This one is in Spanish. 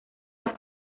las